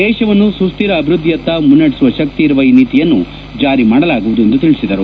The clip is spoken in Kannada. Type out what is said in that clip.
ದೇಶವನ್ನು ಸುಸ್ವಿರ ಅಭಿವೃದ್ದಿಯತ್ತ ಮುನ್ನಡೆಸುವ ಶಕ್ತಿ ಇರುವ ಈ ನೀತಿಯನ್ನು ಜಾರಿ ಮಾಡಲಾಗುವುದು ಎಂದು ತಿಳಿಸಿದರು